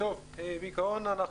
בעיקרון,